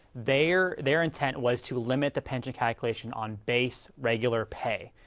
their their intent was to limit the pension calculation on base regular pay.